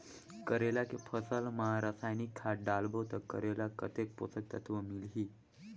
करेला के फसल मा रसायनिक खाद डालबो ता करेला कतेक पोषक तत्व मिलही?